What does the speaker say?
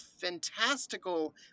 fantastical